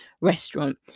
restaurant